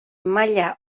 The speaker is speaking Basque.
maila